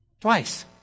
twice